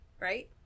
Right